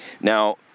Now